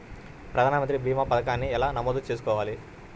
ప్రధాన మంత్రి భీమా పతకాన్ని ఎలా నమోదు చేసుకోవాలి?